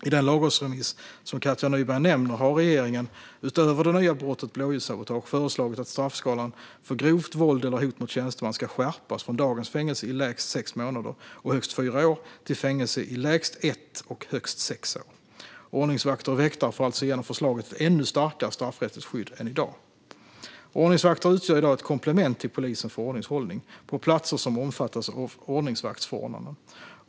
I den lagrådsremiss som Katja Nyberg nämner har regeringen, utöver det nya brottet blåljussabotage, föreslagit att straffskalan för grovt våld eller hot mot tjänsteman ska skärpas från dagens fängelse i lägst sex månader och högst fyra år till fängelse i lägst ett och högst sex år. Ordningsvakter och väktare får alltså genom förslaget ett ännu starkare straffrättsligt skydd än i dag. Ordningsvakter utgör i dag ett komplement till polisen för ordningshållning på platser som omfattas av ordningsvaktsförordnanden.